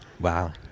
wow